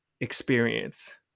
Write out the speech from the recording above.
experience